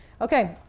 Okay